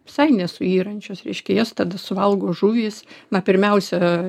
visai nesuyrančios reiškia jas tada suvalgo žuvys na pirmiausia